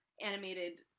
animated